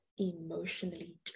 emotionally